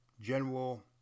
general